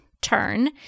turn